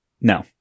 No